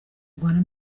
rwanda